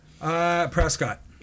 Prescott